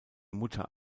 mutter